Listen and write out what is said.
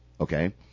Okay